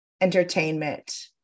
entertainment